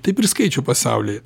taip ir skaičių pasaulyje